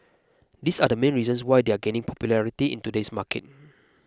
these are the main reasons why they are gaining popularity in today's market